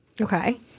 Okay